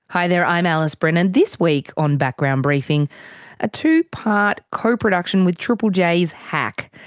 hi there, i'm alice brennan, this week on background briefing a two-part coproduction with triple j's hack.